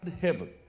heaven